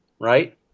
right